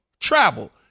Travel